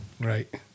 Right